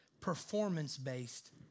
performance-based